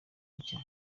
nshya